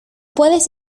puedes